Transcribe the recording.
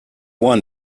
won